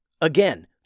Again